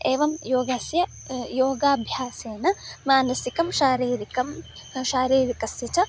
एवं योगस्य योगाभ्यासेन मानसिकं शारीरिकं शारीरिकस्य च